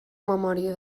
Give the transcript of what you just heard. memòria